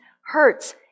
hurts